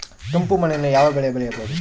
ಕೆಂಪು ಮಣ್ಣಿನಲ್ಲಿ ಯಾವ ಬೆಳೆ ಬೆಳೆಯಬಹುದು?